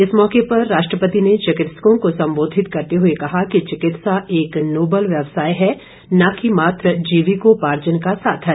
इस मौके पर राष्ट्रपति ने चिकित्सकों को संबोधित करते हुए कहा कि चिकित्सा एक नोबल व्यवसाय है न कि मात्र जीविकोपार्जन का साधन